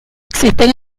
existen